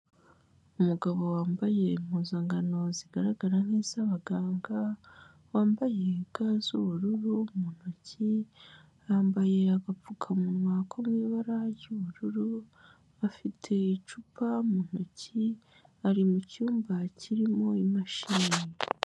Umugabo wambaye impuzankano zigaragara nk'izabaganga, wambaye ga z'ubururu mu ntoki, yambaye agapfukamunwa ko mu ibara ry'ubururu afite icupa mu ntoki, ari mucyumba kirimo imashini.